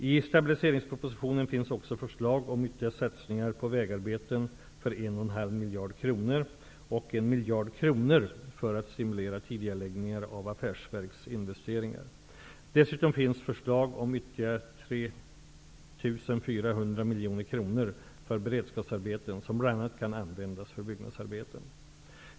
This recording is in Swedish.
I stabiliseringspropositionen finns också förslag om ytterligare satsningar på vägarbeten för en och en halv miljard kronor och en miljard kronor för att stimulera tidigareläggning av affärsverksinvesteringar. Dessutom finns förslag om ytterligare 3 400 miljoner kronor för beredskapsarbeten som bl.a. kan användas för byggnadsarbeten.